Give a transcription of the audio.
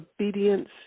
obedience